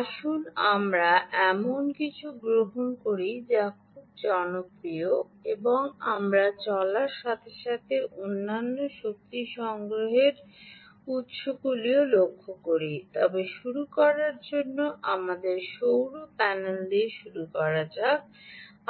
আসুন আমরা এমন কিছু গ্রহণ করি যা খুব জনপ্রিয় এবং আমরা চলার সাথে সাথে অন্যান্য শক্তি সংগ্রহের উত্সগুলিও লক্ষ্য করি তবে শুরু করার জন্য আমাদের সৌর প্যানেল দিয়ে শুরু করা যাক